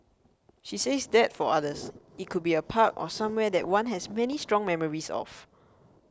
she says that for others it could be a park or somewhere that one has many strong memories of